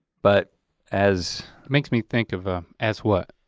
but as. it makes me think of as what?